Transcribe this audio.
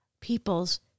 people's